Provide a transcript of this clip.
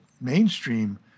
mainstream